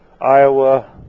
Iowa